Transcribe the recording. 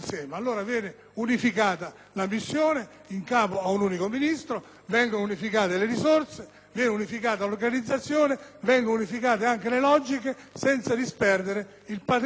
unificata la missione in capo ad un unico Ministro, vengono unificate le risorse, viene unificata l'organizzazione e vengono unificate anche le logiche, senza disperdere il patrimonio che finora